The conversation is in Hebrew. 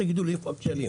תגידו לי איפה הכשלים.